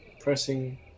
pressing